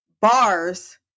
Bars